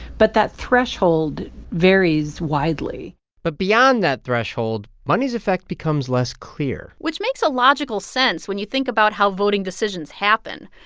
but that threshold varies widely but beyond that threshold, money's effect becomes less clear which makes a logical sense when you think about how voting decisions happen.